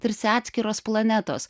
tarsi atskiros planetos